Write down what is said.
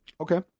Okay